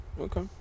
Okay